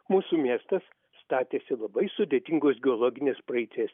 mūsų miestas statėsi labai sudėtingos geologinės praeities